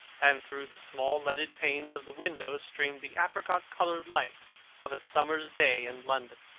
and through the small leaded panes of the window streamed the apricot-coloured light of a summer day in london.